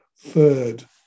third